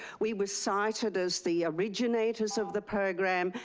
we were cited as the originators of the program.